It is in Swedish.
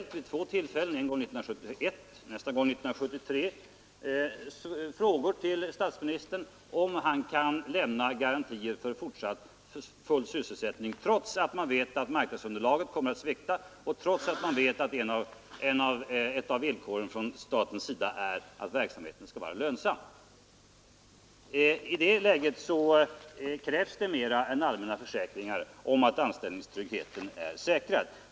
Man har vid två tillfällen, en gång 1971 och nästa gång 1973, ställt frågor till statsministern om han kan lämna garantier för fortsatt full sysselsättning trots att man vet att marknadsunderlaget kommer att svikta och att ett av villkoren från statens sida är att verksamheten skall vara lönsam. Några egentliga svar har man emellertid inte fått, bara av personalens intressen vid allmänna försäkringar om att anställningstryggheten är säkrad.